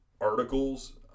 articles